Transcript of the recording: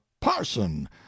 parson